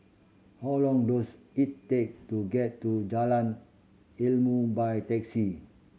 how long does it take to get to Jalan Ilmu by taxi